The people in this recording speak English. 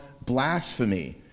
blasphemy